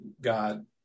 God